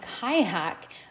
kayak